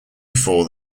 before